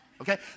okay